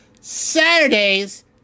Saturdays